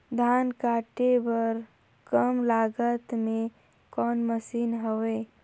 धान काटे बर कम लागत मे कौन मशीन हवय?